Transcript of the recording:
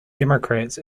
democrats